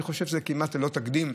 אני חושב שזה כמעט ללא תקדים,